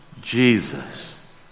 Jesus